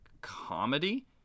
comedy